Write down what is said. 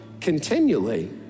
continually